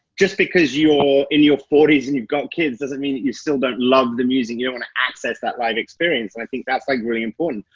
just because you're in your and you've got kids doesn't mean that you still don't love the music. you wanna access that live experience. and i think that's like really important.